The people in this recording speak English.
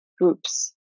groups